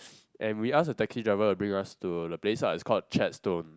and we ask the taxi driver to bring us to the place lah it's called Chadstone